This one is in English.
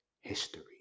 history